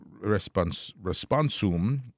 responsum